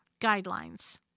guidelines